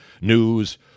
news